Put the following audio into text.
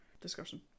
discussion